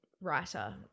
writer